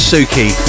Suki